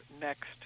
next